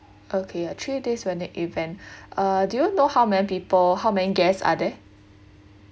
okay uh three days when the event uh do you know how many people how many guests are there